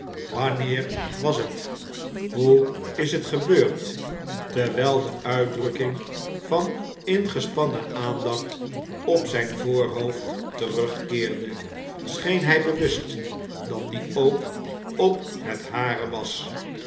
wanneer was het hoe is het gebeurd terwjjl de uitdrukking van ingespannen aanmacht op zgn voorhoofd terugkeerde scheen hg bewust dat die ook op het hare was